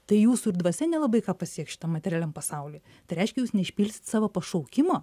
tai jūsų ir dvasia nelabai ką pasieks šitam materialiam pasauly tai reiškia neišpildysit savo pašaukimo